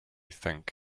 think